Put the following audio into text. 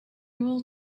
will